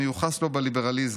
המיוחס לו בליברליזם.